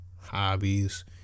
hobbies